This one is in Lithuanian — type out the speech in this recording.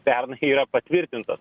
pernai yra patvirtintas